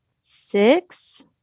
six